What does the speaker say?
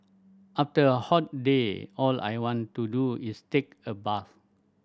after a hot day all I want to do is take a bath